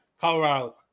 Colorado